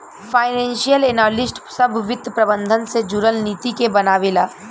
financial analyst सभ वित्त प्रबंधन से जुरल नीति के बनावे ला